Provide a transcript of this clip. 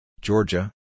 Georgia